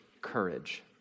courage